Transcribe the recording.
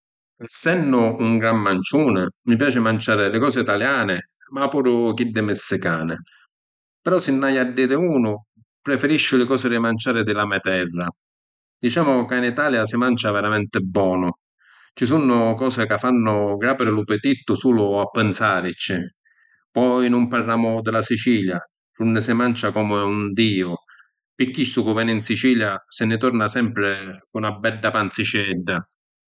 Essennu un gran manciuni, mi piaci manciàri li cosi ‘taliani ma puru chiddi missicani. Però si’ nn’haiu a diri unu, preferisciu li cosi di manciàri di la me’ terra. Dicemu ca ‘n Italia si mancia veramenti bonu, ci sunnu cosi ca fannu grapiri lu pituttu sulu a pinsaricci. Poi nun parramu di la Sicilia, d’unni si mancia comu un diu, pi chistu cu veni ‘n Sicilia si nni torna sempri cu na bedda panzicedda.